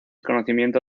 conocimiento